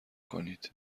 کنید